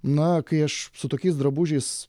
na kai aš su tokiais drabužiais